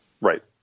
Right